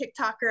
TikToker